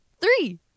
Three